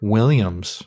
Williams